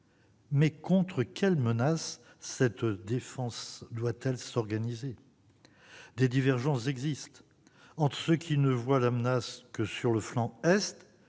Mais contre quelles menaces cette défense doit-elle s'organiser ? Des divergences existent entre ceux qui ne voient la menace que sur le flanc Est